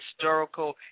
historical